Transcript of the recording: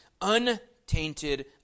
untainted